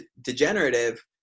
degenerative